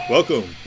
Welcome